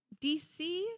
dc